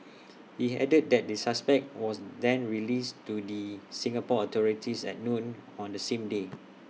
he added that the suspect was then released to the Singapore authorities at noon on the same day